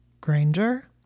Granger